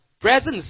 presence